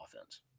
offense